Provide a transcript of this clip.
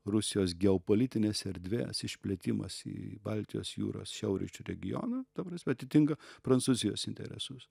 rusijos geopolitinės erdvės išplėtimas į baltijos jūros šiaurryčių regioną ta prasme atitinka prancūzijos interesus